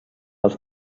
els